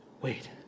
Wait